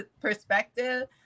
perspective